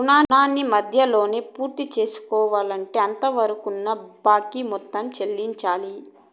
రుణాన్ని మధ్యలోనే పూర్తిసేసుకోవాలంటే అంతవరకున్న బాకీ మొత్తం చెల్లించాలి